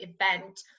event